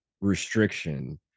restriction